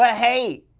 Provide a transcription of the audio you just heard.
ah hey,